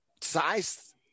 size